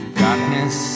darkness